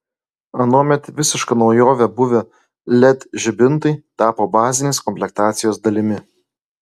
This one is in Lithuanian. anuomet visiška naujove buvę led žibintai tapo bazinės komplektacijos dalimi